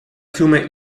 fiume